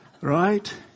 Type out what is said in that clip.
right